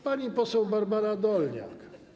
Pani poseł Barbara Dolniak.